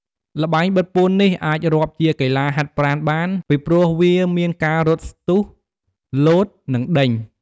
ល្បែងបិទពួននេះអាចរាប់ជាកីឡាហាត់ប្រាណបាន ពីព្រោះវាមានការរត់ស្ទុះ លោត និងដេញ។